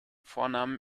vornamen